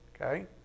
okay